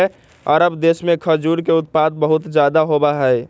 अरब देश में खजूर के उत्पादन बहुत ज्यादा होबा हई